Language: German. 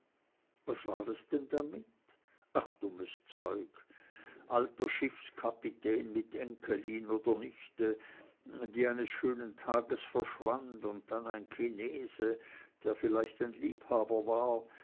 was war es denn damit ach dummes zeug alter schiffskapitän mit enkelin oder nichte die eines schönen tages verschwand und dann ein chinese der vielleicht ein liebhaber war